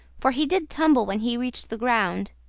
for he did tumble when he reached the ground.